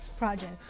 project